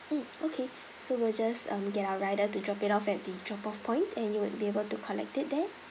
mm okay so we'll just um get our rider to drop it off at the drop off point and you would be able to collect it there